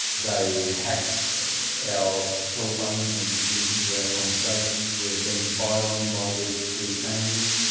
they hack our telephones and listen to our conversations we are being spied on by these these families.